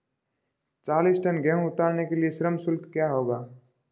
चालीस टन गेहूँ उतारने के लिए श्रम शुल्क क्या होगा?